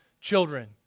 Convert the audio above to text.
children